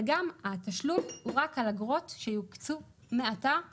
וגם התשלום הוא רק על אגרות שיוקצו מעתה ואילך,